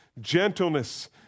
gentleness